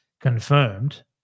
confirmed